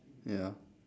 ya